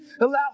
Allow